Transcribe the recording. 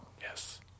Yes